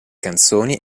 canzoni